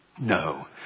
No